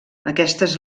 aquestes